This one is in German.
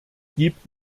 gibt